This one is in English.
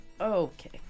Okay